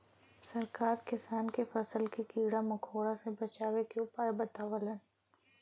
सरकार किसान के फसल के कीड़ा मकोड़ा से बचावे के उपाय बतावलन